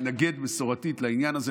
התנגד מסורתית לעניין הזה,